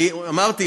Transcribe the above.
אמרתי,